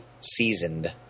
seasoned